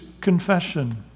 confession